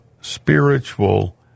spiritual